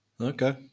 Okay